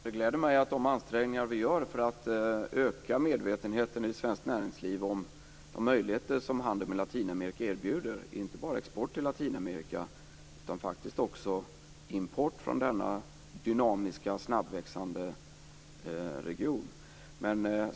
Fru talman! Det gläder mig att de ansträngningar vi gör ökar medveten hos svenskt näringsliv om de möjligheter som handel med Latinamerika erbjuder. Det gäller inte bara export utan faktiskt också import från denna dynamiska och snabbväxande region.